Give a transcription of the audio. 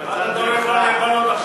אני בצד שלך.